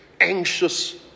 anxious